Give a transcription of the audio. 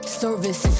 service